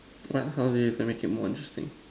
what how do you even make it more interesting